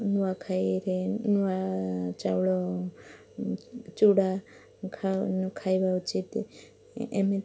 ନୂଆଖାଇରେ ନୂଆ ଚାଉଳ ଚୂଡ଼ା ଖାଇବା ଉଚିତ ଏମିତି